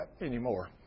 anymore